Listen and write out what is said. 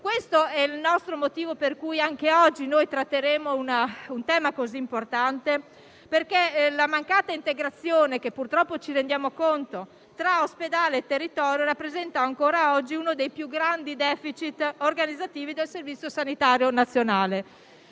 Questo è il motivo per cui anche oggi noi tratteremo un tema così importante: la mancata integrazione, di cui purtroppo ci rendiamo conto, tra ospedale e territorio rappresenta ancora oggi uno dei più grandi *deficit* organizzativi del Servizio sanitario nazionale.